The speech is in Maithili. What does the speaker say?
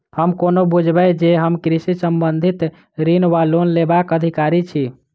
हम कोना बुझबै जे हम कृषि संबंधित ऋण वा लोन लेबाक अधिकारी छी?